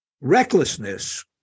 recklessness